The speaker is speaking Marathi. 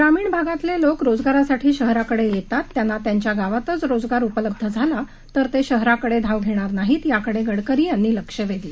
ग्रामीण भागातले लोक रोजगारासाठी शहराकडे येतात त्यांना त्यांच्या गावातच रोजगार उपलब्ध झाला तर ते शहराकडे धाव घेणार नाहीत याकडे गडकरी यांनी लक्ष वेधलं